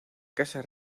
casa